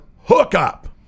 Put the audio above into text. hookup